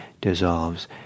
dissolves